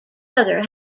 brother